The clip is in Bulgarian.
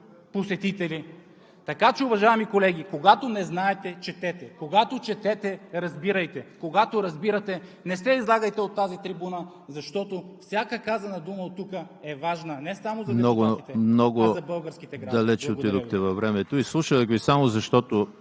посетители. Така че, уважаеми колеги, когато не знаете, четете, когато четете, разбирайте, когато разбирате, не се излагайте от тази трибуна, защото всяка казана дума оттук е важна не само за депутатите, а за българските граждани. Благодаря Ви.